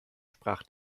sprach